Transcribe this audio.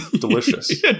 delicious